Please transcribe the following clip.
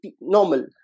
normal